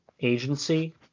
agency